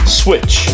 switch